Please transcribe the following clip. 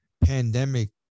pandemic